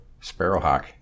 Sparrowhawk